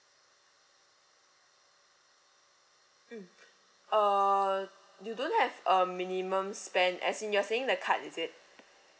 mm uh you don't have a minimum spend as in you're saying the card is it